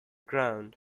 ground